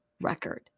record